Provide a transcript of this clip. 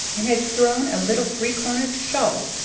and had thrown a little three-cornered shawl,